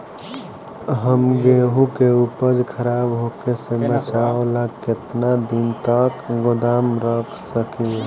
हम गेहूं के उपज खराब होखे से बचाव ला केतना दिन तक गोदाम रख सकी ला?